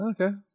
Okay